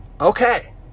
Okay